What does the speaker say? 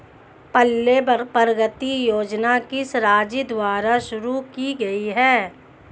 पल्ले प्रगति योजना किस राज्य द्वारा शुरू की गई है?